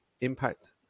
impact